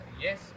Yes